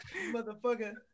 motherfucker